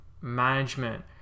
management